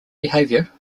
behavior